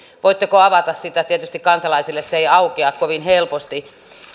voitteko avata sitä tietysti kansalaisille se ei aukea kovin helposti